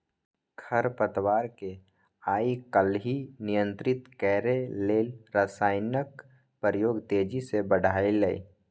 खरपतवार कें आइकाल्हि नियंत्रित करै लेल रसायनक प्रयोग तेजी सं बढ़लैए